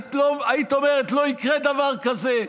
היית אומרת: לא יקרה דבר כזה,